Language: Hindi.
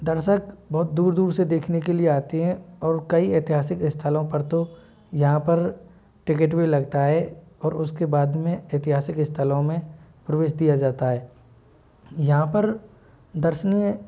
दर्शक बहुत दूर दूर से देखने के लिए आते हैं और कई ऐतिहासिक स्थलों पर तो यहाँ पर टिकट भी लगता है और उसके बाद में ऐतिहासिक स्थलों में प्रवेश दिया जाता है यहाँ पर दर्शनीय